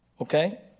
Okay